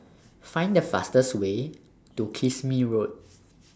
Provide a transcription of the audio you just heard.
Find The fastest Way to Kismis Road